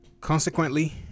consequently